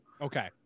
Okay